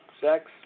sex